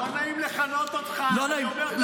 לא נעים לכנות אותך, אני אומר: